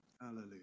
Hallelujah